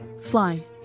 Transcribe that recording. Fly